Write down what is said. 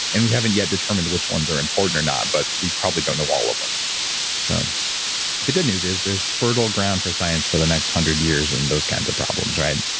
and we haven't yet determined which ones are important or not, but we probably don't know all of them so the good news is there's fertile ground for science for the next hundred years and those kinds of problems, right?